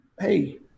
Hey